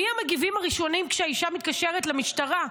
מי המגיבים הראשונים כשהאישה מתקשרת למשטרה?